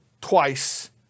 twice